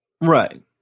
Right